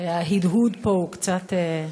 ההדהוד פה הוא קצת,